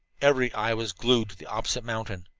every eye was glued to the opposite mountain.